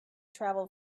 travel